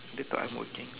they thought I'm working